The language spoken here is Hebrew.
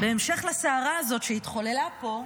בהמשך לסערה הזאת שהתחוללה פה,